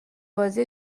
بازی